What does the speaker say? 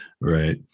Right